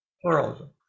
Pluralism